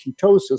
ketosis